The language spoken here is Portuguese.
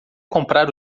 comprar